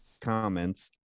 comments